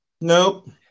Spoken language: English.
Nope